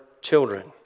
children